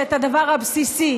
זה את הדבר הבסיסי: